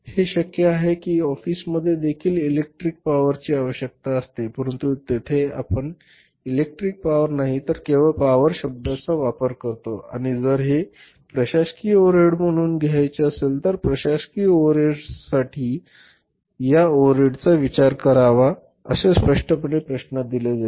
हे शक्य आहे की ऑफिसमध्ये देखील इलेक्ट्रिक पॉवरची आवश्यक आहे परंतु तेथे आपण इलेक्ट्रिक पॉवर नाही तर केवळ पॉवर शब्दाचा वापर करतो आणि जर हे प्रशासकीय ओव्हरहेड म्हणून घ्यावयाचे असेल तर प्रशासकीय ओव्हरहेडसाठी या ओव्हरहेडचा विचार करावा असे स्पष्टपणे प्रश्नात दिले जाईल